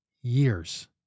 years